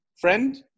friend